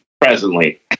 presently